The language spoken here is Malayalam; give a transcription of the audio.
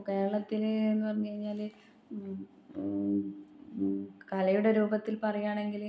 അപ്പോൾ കേരളത്തിലെന്ന് പറഞ്ഞ് കഴിഞ്ഞാൽ കലയുടെ രൂപത്തിൽ പറയുകയാണെങ്കിൽ